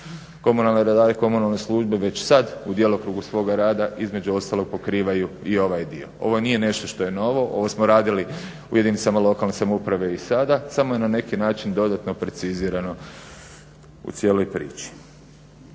komunalne redare i komunalne službe već sad u djelokrugu svojega rada između ostalog pokrivaju i ovaj dio. Ovo nije nešto što je novo, ovo smo radili u jedinicama lokalne samouprave i sada samo je na neki način dodatno precizirano u cijeloj priči.